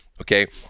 Okay